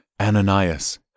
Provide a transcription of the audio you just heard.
Ananias